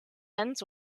ends